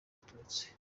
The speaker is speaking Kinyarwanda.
abatutsi